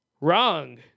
Wrong